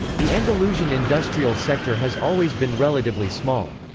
the andalusian industrial sector has always been relatively small.